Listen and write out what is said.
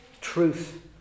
truth